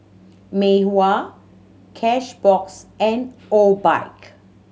Mei Hua Cashbox and Obike